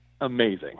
amazing